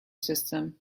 system